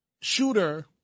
shooter